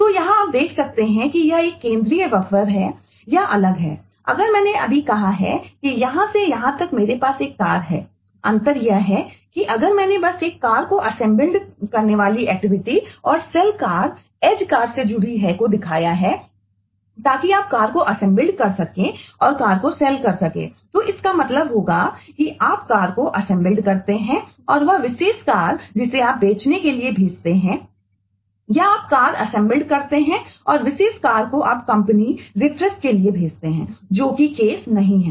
तो यहां आप देख सकते हैं कि यह एक केंद्रीय बफरनहीं है